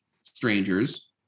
strangers